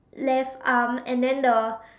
left arm and then the